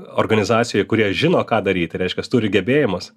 organizacijoj kurie žino ką daryti reiškia turi gebėjimus